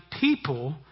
people